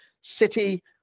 city